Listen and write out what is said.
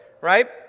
Right